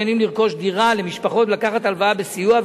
המעוניינים לרכוש דירה ולקחת הלוואה בסיוע,